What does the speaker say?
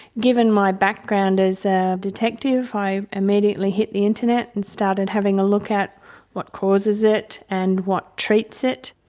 given my background as a detective i immediately hit the internet and started having a look at what causes it and what treats it.